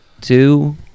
two